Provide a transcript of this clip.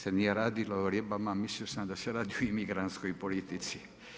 Da se nije radilo o ribama mislio sam da se radi o imigrantskoj politici.